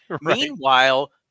Meanwhile